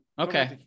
Okay